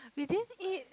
we didn't eat